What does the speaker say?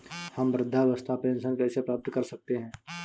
हम वृद्धावस्था पेंशन कैसे प्राप्त कर सकते हैं?